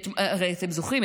הרי אתם זוכרים,